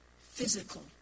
physical